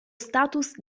status